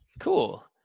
Cool